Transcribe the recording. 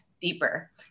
deeper